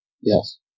yes